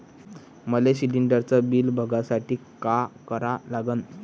मले शिलिंडरचं बिल बघसाठी का करा लागन?